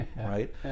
right